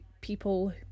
people